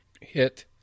hit